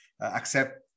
accept